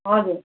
हजुर